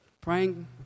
praying